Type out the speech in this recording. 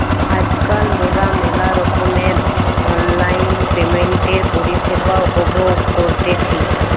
আজকাল মোরা মেলা রকমের অনলাইন পেমেন্টের পরিষেবা উপভোগ করতেছি